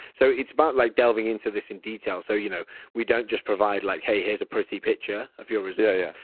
so it's about like delving into this in detail so you know we don't just provide like, hey, here's a pretty picture of your results. yeah